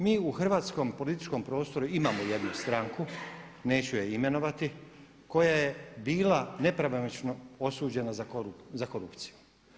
Mi u hrvatskom političkom prostoru imamo jednu stranku, neću je imenovati koja je bila nepravomoćno osuđena za korupciju.